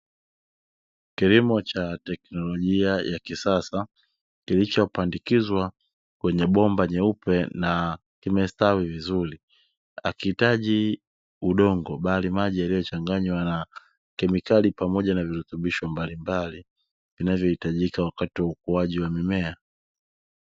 Kilimo cha teknolojia ya kisasa kilichopandikizwa kwenye bomba jeupe na kustawi vizuri, hakihitaji udongo bali maji yaliyochanganywa na kemikali na virutubisho mbalimbali vinavyohitajika wakati wa ukuaji wa mimea.